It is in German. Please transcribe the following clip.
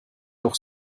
auch